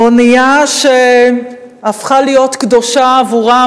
האונייה שהפכה להיות קדושה עבורם,